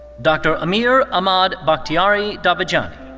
dr. amir ahmad bakhtiary davijani.